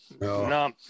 no